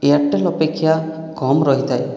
Airtel ଅପେକ୍ଷା କମ୍ ରହିଥାଏ